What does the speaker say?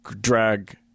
drag